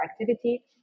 activity